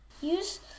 use